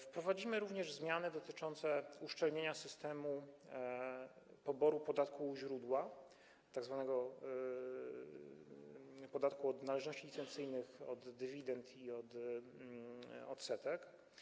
Wprowadzimy również zmiany dotyczące uszczelnienia systemu poboru podatku u źródła, tzw. podatku od należności licencyjnych, od dywidend i od odsetek.